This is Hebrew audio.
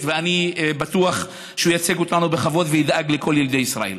אני בטוח שהוא ייצג אותנו בכבוד וידאג לכל ילדי ישראל.